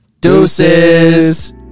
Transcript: deuces